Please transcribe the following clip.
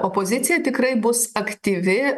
opozicija tikrai bus aktyvi